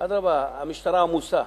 המשטרה עמוסה.